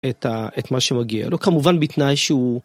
את ה... אץ מה שמגיע לו כמובן בתנאי שהוא.